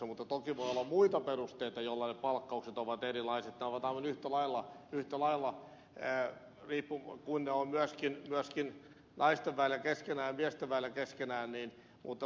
toki voi olla muita perusteita jolloin palkkaukset ovat erilaiset tai ovat aivan yhtä lailla samanlaiset kuin ne ovat myöskin naisten välillä keskenään tai miesten välillä keskenään